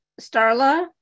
Starla